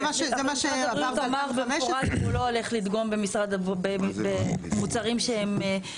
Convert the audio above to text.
משרד הבריאות אמר במפורש שהוא לא הולך לדגום במוצרים שהם